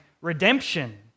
redemption